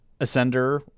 Ascender